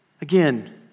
Again